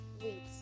wait